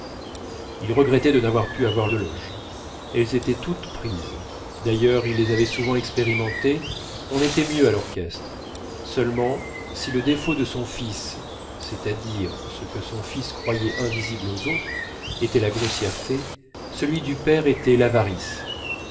il regrettait de n'avoir pu avoir de loge elles étaient toutes prises d'ailleurs il les avait souvent expérimentées on était mieux à l'orchestre seulement si le défaut de son fils c'est-à-dire ce que son fils croyait invisible aux autres était la grossièreté celui du père était l'avarice